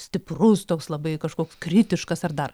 stiprus toks labai kažkoks kritiškas ar dar